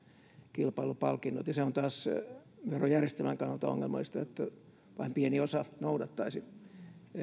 kilpailupalkinnot se on taas verojärjestelmän kannalta ongelmallista että vain pieni osa noudattaisi